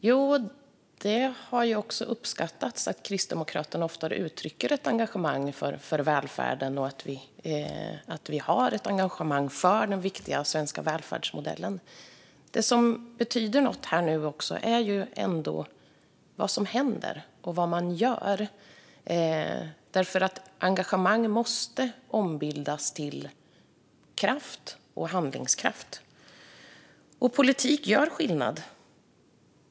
Fru talman! Det har uppskattats att Kristdemokraterna ofta uttrycker ett engagemang för välfärden och för den viktiga svenska välfärdsmodellen, men det som betyder något är vad som händer och vad man gör. Engagemang måste ombildas till handlingskraft. Politik gör skillnad.